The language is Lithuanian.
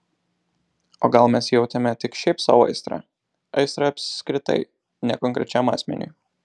o gal mes jautėme tik šiaip sau aistrą aistrą apskritai ne konkrečiam asmeniui